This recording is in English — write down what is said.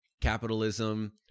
Capitalism